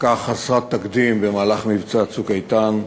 מכה חסרת תקדים במבצע "צוק איתן",